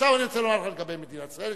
עכשיו אני רוצה לומר לך לגבי מדינת ישראל.